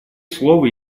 слово